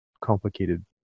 complicated